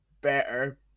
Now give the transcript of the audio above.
better